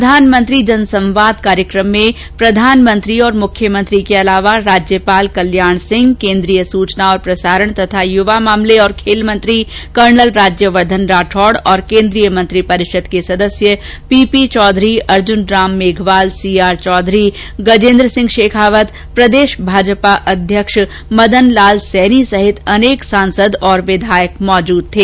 प्रधानमंत्री जनसंवाद कार्यक्रम में राज्यपाल कल्याण सिंह केंद्रीय सुचना और प्रसारण तथा युवा मामले और खेल मंत्री कर्नल राज्यवर्धन राठौड और केंद्रीय मंत्रिपरिषद के सदस्य P P Chaudhary Arjun Ram Meghwal C R Chaudhary Gajendra Singh Shekhawat प्रदेष भाजपा अध्यक्ष मदन लाल सैनी सहित अनेक सांसद और विधायक मौजूद थे